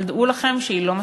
אבל דעו לכם שהיא לא מספיקה.